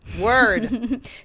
Word